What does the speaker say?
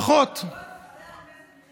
חבר הכנסת מיכאל מלכיאלי,